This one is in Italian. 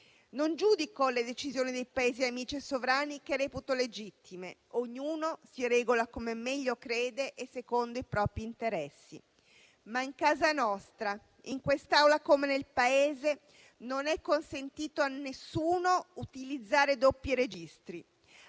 Non giudico le decisioni dei Paesi amici e sovrani che reputo legittime; ognuno si regola come meglio crede e secondo i propri interessi, ma in casa nostra, in quest'Aula, come nel Paese, non è consentito a nessuno utilizzare doppi registri,